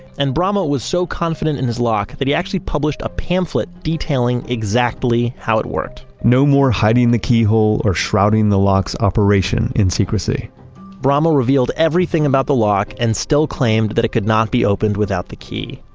and bramah was so confident in his lock, that he actually published a pamphlet detailing exactly how it worked no more hiding the keyhole or shrouding the lock's operation in secrecy bramah revealed everything about the lock, and still claimed that it could not be opened without the key.